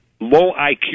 low-IQ